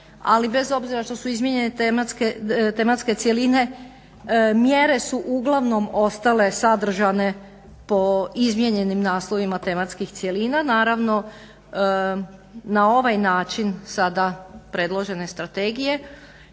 ali bez obzira što su izmijenjene tematske cjeline mjere su uglavnom ostale sadržane po izmijenjenim naslovima tematskih cjelina. Naravno na ovaj način sada predložene strategija